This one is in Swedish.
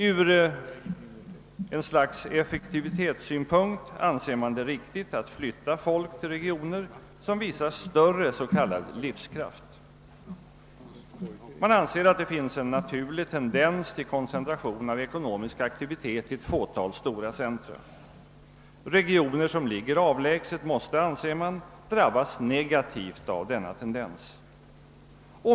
Från ett slags effektivitetssynpunkt anser man det riktigt att flytta folk till regioner som visar större s.k. livskraft. Man anser att det finns en »naturlig» tendens till koncentration av ekonomisk aktivitet till ett fåtal stora centra... Regioner som ligger avlägset måste, anser man, drabbas negativt av denna tendens.